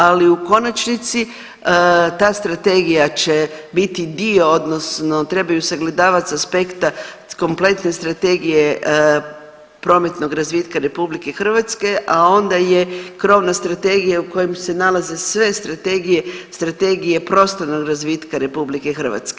Ali u konačnici ta strategija će biti dio odnosno trebaju sagledavat sa aspekta kompletne strategije prometnog razvitka RH, a onda je krovna strategija u kojem se nalaze sve strategije - Strategije prostornog razvitka RH.